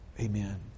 Amen